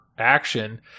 action